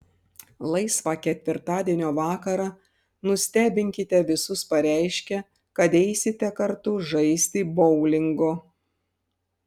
laisvą ketvirtadienio vakarą nustebinkite visus pareiškę kad eisite kartu žaisti boulingo